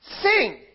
sing